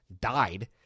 died